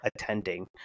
attending